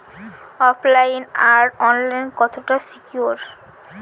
ওফ line আর online কতটা secure?